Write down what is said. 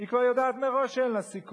היא כבר יודעת מראש שאין לה סיכוי.